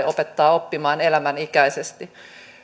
opettaa oppimaan elämänikäisesti